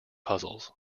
puzzles